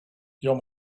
jag